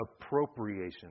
appropriation